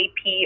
AP